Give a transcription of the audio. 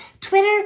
Twitter